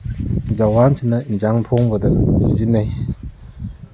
ꯖꯋꯥꯟꯁꯤꯅ ꯌꯦꯟꯁꯥꯡ ꯊꯣꯡꯕꯗ ꯁꯤꯖꯤꯟꯅꯩ